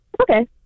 Okay